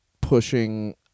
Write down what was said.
pushing